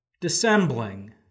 Dissembling